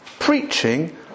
Preaching